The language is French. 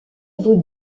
vous